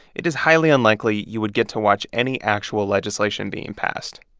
it is highly unlikely you would get to watch any actual legislation being passed.